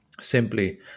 simply